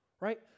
Right